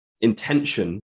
intention